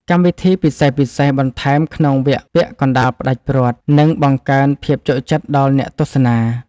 កម្មវិធីពិសេសៗបន្ថែមក្នុងវគ្គពាក់កណ្ដាលផ្ដាច់ព្រ័ត្រនឹងបង្កើនភាពជក់ចិត្តដល់អ្នកទស្សនា។